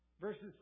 Verses